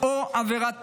או עבירת טרור.